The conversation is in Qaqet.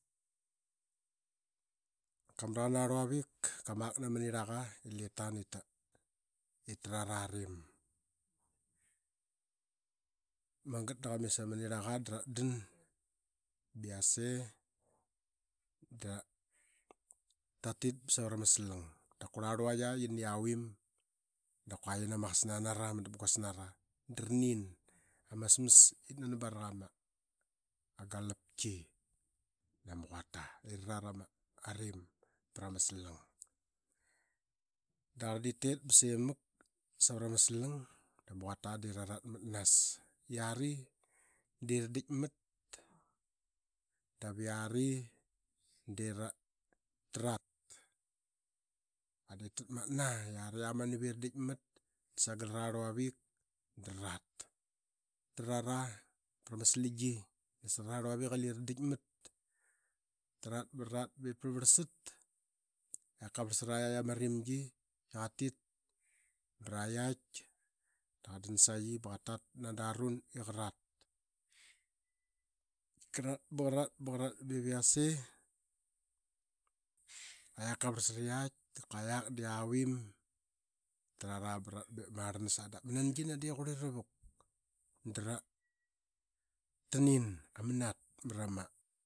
Ka mragan arluavik, kia mak nama nirlaqa i lip tan ip tarat arim. Mangat da qa mis ama nirlaqa da rat dan ba yase da ratit ba savrama slang. Da karla rluayi yana yavim dapkua yinama qasna nara. Ma dap guas nara da ra nim ama asma ip nani barak ama agalapki nama quata i rarat ama rim prama slang. Da qarl dep tete ba semak savra dava yari de ra tarat. Da qarl dep tamatna i yari amanaoi i ta dikmat da saga ararluavik da rarat tarat aa vrama slangi nasarara rluavik i lira ra dikmat. Trat ba rarat ba varlvarlsat yak kavarlsat ama rmgi da qatit bar ar yak da qatdan ba sayi qatat nada run. I qarat, karat ba qarat bev yase kua yak kavarl sat aa yaitdap kua ayaviim. Tarara ba rarat bep marlanas aa. Dap ma nangina de qurkira vuk daranin ama nat marama